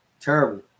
Terrible